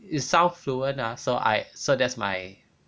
you sound fluent lah so I so that's my